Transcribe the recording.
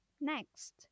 Next